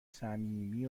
صمیمی